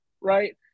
right